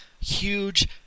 huge